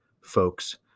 folks